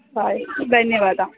boy धन्यवादः